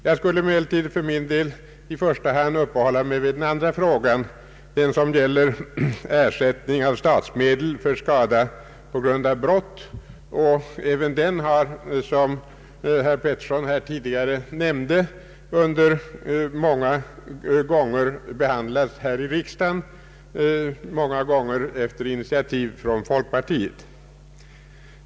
Jag skulle emellertid vilja mera uppehålla mig vid den andra frågan, den som gäller ersättning av statsmedel för skada på grund av brott. även den frågan har, som herr Petersson nämnde, många gånger behandlats i riksdagen efter initiativ från folkpartiet.